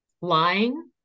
lying